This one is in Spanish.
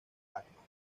batman